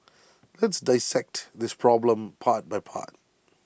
let's dissect this problem part by part